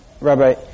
Rabbi